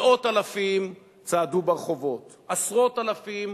מאות אלפים צעדו ברחובות, עשרות אלפים